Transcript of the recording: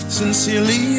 sincerely